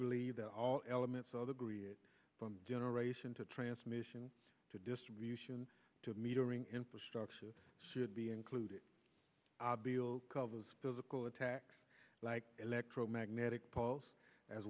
believe that all elements of the griot from generation to transmission to distribution to metering infrastructure should be included below covers physical attacks like electromagnetic pulse as